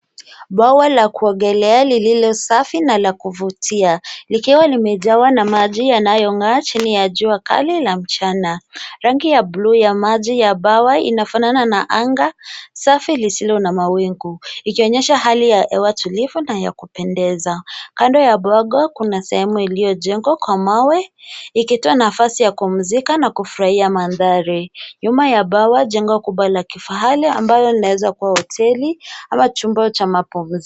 Bwawa la kuongelelea lililosafi na la kuvutia, likiwa limejawa na maji yanayong'aa chini ya jua ya kali la mchana. Rangi ya maji ya bwawa inafanana na anga safi lisilo na mawingu ikionyesha hali ya hewa tulivu na yakupendeza. Kando ya bwawa kuna sehemu iliojengwa kwa mawe ikitoa nafasi ya kupumzika nakufurahia maadhari. Nyuma ya bwawa kunao jengo la kifahari ambalo linaweza kuwa hoteli ama chumba cha mapumziko.